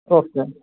okay